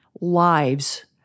lives